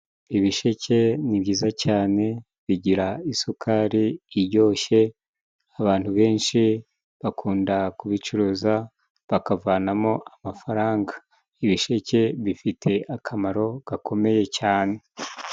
Ibisheke ni byiza cyane bigira isukari ijyoshye. Abantu benshi bakunda kubicuruza bakavanamo amafaranga. Ibisheke bifite akamaro gakomeye cyane.